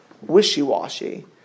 wishy-washy